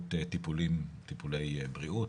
באמצעות טיפולי בריאות,